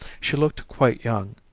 she looked quite young.